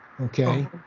Okay